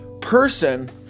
person